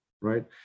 right